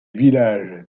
villages